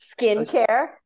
skincare